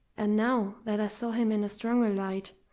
and now that i saw him in a stronger light,